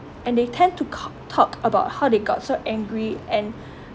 and they tend to talk about how they got so angry and